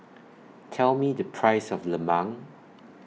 Tell Me The Price of Lemang